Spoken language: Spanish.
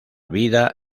vida